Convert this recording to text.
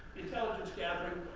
intelligence gathering,